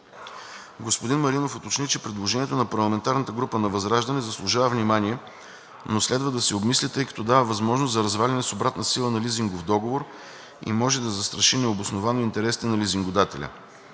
Господин Маринов уточни, че предложението на парламентарната група на ВЪЗРАЖДАНЕ заслужава внимание, но следва да се обмисли, тъй като дава възможност за разваляне с обратна сила на лизинговия договор и може да застраши необосновано интересите на лизингодателя.